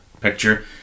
picture